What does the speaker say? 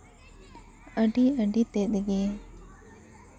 ᱟᱹᱰᱤ ᱟᱹᱰᱤ ᱛᱮᱫ ᱜᱮ